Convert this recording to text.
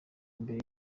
mbere